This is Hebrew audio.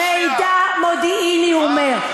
מידע מודיעיני, הוא אומר.